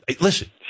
Listen